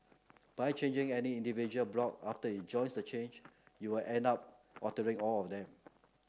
by changing any individual block after it joins the chain you'll end up altering all of them